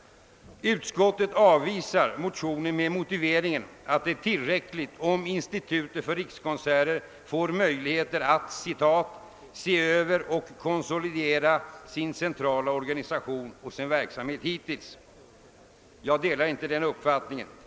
Utskottsmajoriteten avvisar motionerna med motiveringen att det är tillräckligt om Institutet för rikskonserter får »möjligheter att se över och konsolidera verksamhetsformerna och den centrala organisationen». Jag delar inte den uppfattningen.